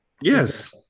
Yes